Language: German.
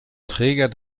träger